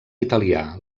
italià